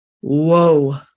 Whoa